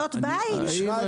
--- ביקשנו